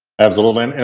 absolutely. and and